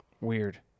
Weird